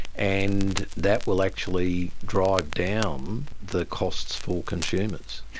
and that will actually drive down the costs for consumers.